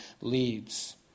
leads